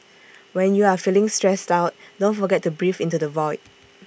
when you are feeling stressed out don't forget to breathe into the void